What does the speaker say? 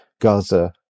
Gaza